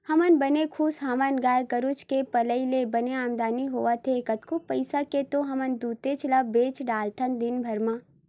हमन ह बने खुस हवन गाय गरुचा के पलई ले बने आमदानी होवत हे कतको पइसा के तो हमन दूदे ल बेंच डरथन दिनभर म